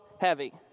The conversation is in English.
heavy